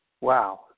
Wow